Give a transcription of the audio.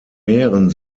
meeren